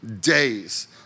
days